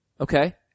Okay